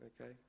Okay